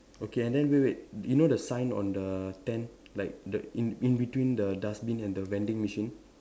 okay and then wait wait you know the sign on the tent like the in in between the dustbin and the vending machine